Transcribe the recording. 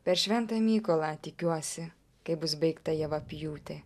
per šventą mykolą tikiuosi kai bus baigta javapjūtė